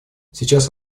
сейчас